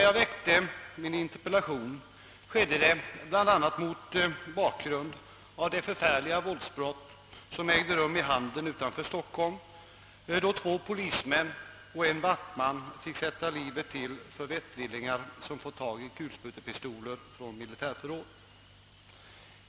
Jag väckte min interpellation bland annat med anledning av det förfärliga våldsbrottet i Handen utanför Stockholm, där två polismän och en vaktman fick sätta livet till för vettvillingar som fått tag i kulsprutepistoler från militärförråd.